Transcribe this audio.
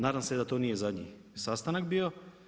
Nadam se da to nije zadnji sastanak bio.